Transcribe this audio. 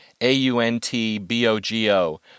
A-U-N-T-B-O-G-O